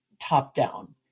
top-down